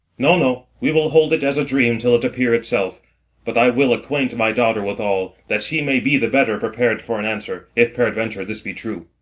no, no we will hold it as a dream till it appear itself but i will acquaint my daughter withal, that she may be the better prepared for an answer, if peradventure this be true.